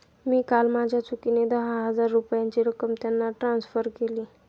मी काल माझ्या चुकीने दहा हजार रुपयांची रक्कम त्यांना ट्रान्सफर केली